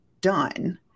done